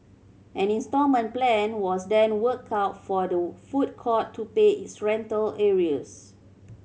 an instalment plan was then worked out for the food court to pay its rental arrears